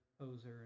Poser